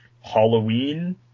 Halloween